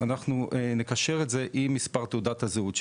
אנחנו נקשר את זה עם מספר תעודת הזהות שלהם.